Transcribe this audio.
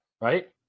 Right